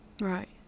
Right